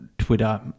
Twitter